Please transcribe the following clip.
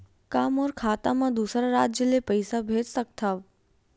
का मोर खाता म दूसरा राज्य ले पईसा भेज सकथव?